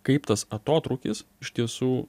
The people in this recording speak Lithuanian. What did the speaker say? kaip tas atotrūkis iš tiesų